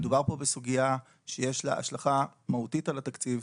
מדובר פה בסוגיה שיש לה השלכה מהותית על התקציב